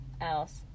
else